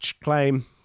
claim